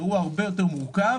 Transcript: זהו אירוע הרבה יותר מורכב.